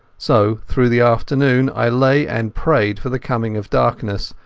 so through the afternoon i lay and prayed for the coming of darkness,